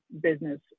business